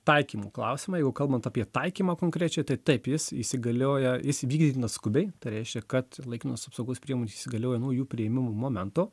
taikymo klausimą jeigu kalbant apie taikymą konkrečiai tai taip jis įsigalioja jis įvykdytinas skubiai tai reiškia kad laikinos apsaugos priemonės įsigalioja nuo jų priėmimo momento